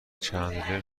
چندلر